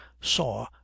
saw